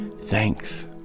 Thanks